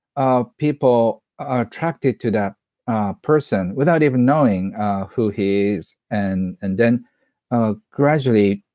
ah people are attracted to that person without even knowing who he is, and and then ah gradually